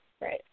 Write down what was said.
right